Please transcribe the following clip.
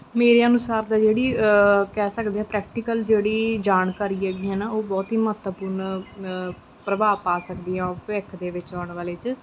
ਮੇਰੇ ਅਨੁਸਾਰ ਤਾਂ ਜਿਹੜੀ ਕਹਿ ਸਕਦੇ ਹਾਂ ਪ੍ਰੈਕਟੀਕਲ ਜਿਹੜੀ ਜਾਣਕਾਰੀ ਹੈਗੀ ਹੈ ਨਾ ਉਹ ਬਹੁਤ ਹੀ ਮਹੱਤਵਪੂਰਨ ਪ੍ਰਭਾਵ ਪਾ ਸਕਦੀ ਆ ਭਵਿੱਖ ਦੇ ਵਿੱਚ ਆਉਣ ਵਾਲੇ 'ਚ